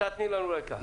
תני לנו רקע.